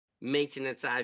maintenance